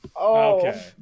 okay